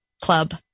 club